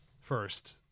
first